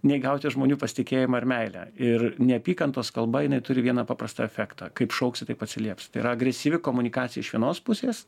nei gauti žmonių pasitikėjimą ir meilę ir neapykantos kalba jinai turi vieną paprastą efektą kaip šauksi taip atsilieps tai yra agresyvi komunikacija iš vienos pusės